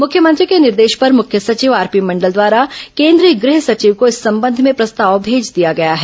मुख्यमंत्री के निर्देश पर मुख्य सचिव आरपी मंडल द्वारा केंद्रीय गृह सचिव को इस संबंध में प्रस्ताव भेज दिया गया है